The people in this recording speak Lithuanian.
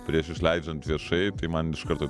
prieš išleidžiant viešai tai man iš karto